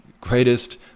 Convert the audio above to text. greatest